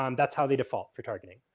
um that's how they default for targeting.